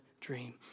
Dream